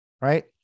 right